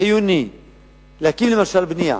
חיוני להקים, למשל בנייה,